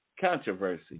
controversy